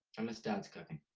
i miss dad's cooking.